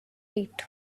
wait